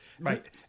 Right